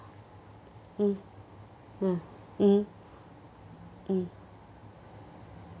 mm ya mmhmm mm